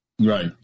Right